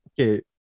Okay